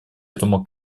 этому